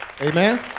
Amen